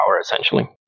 essentially